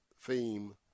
theme